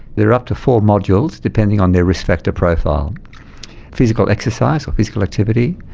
there are up to four modules, depending on their risk factor profile physical exercise or physical activity,